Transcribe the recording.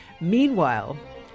Meanwhile